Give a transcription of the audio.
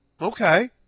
Okay